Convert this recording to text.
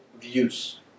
views